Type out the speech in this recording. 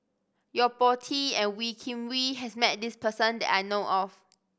Yo Po Tee and Wee Kim Wee has met this person that I know of